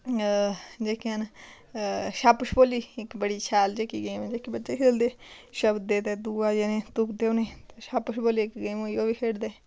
जेह्कियां न छप्प छपौली इक बड़ी शैल जेह्की गेम ऐ जेह्के बच्चे खेलदे छप्पदे ते दूआ जनें तुप्पदे उनेंगी ते छप्प छपौली इक गेम होई ओह् बी खेढदे